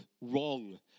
wrong